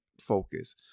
focus